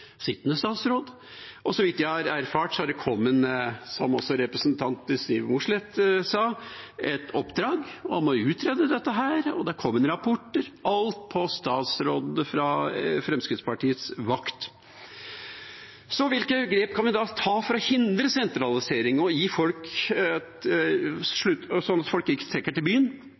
sittende statsråd, og så vidt jeg har erfart, har det kommet, som også representanten Siv Mossleth sa, et oppdrag om å utrede dette, og det har kommet rapporter – alt på Fremskrittsparti-statsrådenes vakt. Hvilke grep kan vi da ta for å hindre sentralisering, sånn at folk ikke trekker til byen, og gi folk et tilbud der de bor? Jo, da kan vi nettopp si nei til